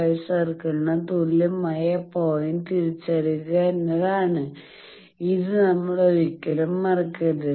5 സർക്കിളിന് തുല്യമായ പോയിന്റ് തിരിച്ചറിയുക എന്നതാണ് ഇത് നമ്മൾ ഒരിക്കലും മറക്കരുത്